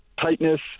tightness